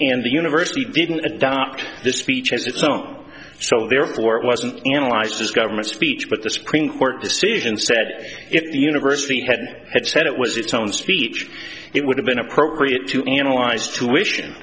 and the university didn't adopt this speech as its own so therefore it wasn't analyze just government speech but the supreme court decision said if the university had had said it was its own speech it would have been appropriate to analyze tuition